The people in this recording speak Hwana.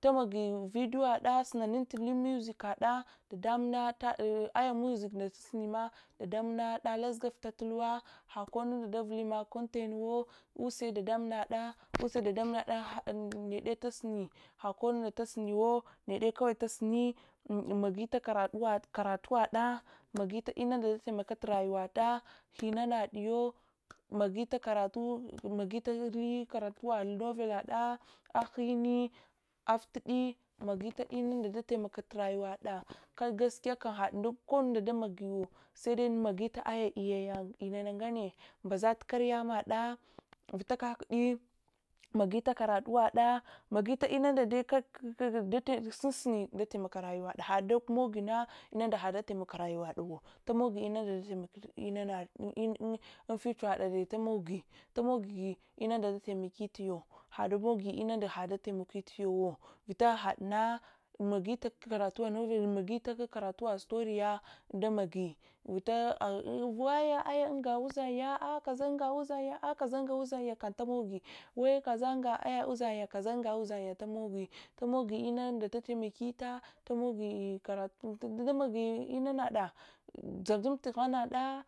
tamagi video wada tali music kada dadamungada aya music na sunime dadamun gada ala shigufla tulwa hakonu ma davuli mak inkenuwo use dadamungada use dadamungada need tusuni hakonuwo tusuniwo need kawa tasuni magita kamtuwada karatuwada inagitinunda yafarm akit rayuwada hmanadiyo magit takunaghinne afghidi tinunda data moye i yuwada yala gaski kkham haddi nda konnu tamagilawo sede magitutu ayo inaya nana gnanne mbazat takaryamak vitakakdi magita karatuwada magitu inanunda dai sunsuni dataimok rayuwade tamogi inunda akta mok ruyuwada tumogi had mogi inunda naddataimataitawo un future waduwo vita hadna mayilt’ takaratuwa novel magita t’ karatuwa story jah damage vita um vaya anga uzanya ali kaza unga uzanya ah kaza unga uzanya unga uzanya kamtamogi wai kaza unga aya uzang yatamogi tamogi inunda datamakita tamogi karatu inanada dzadzumtu ghanghaɗe.